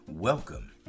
Welcome